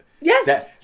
Yes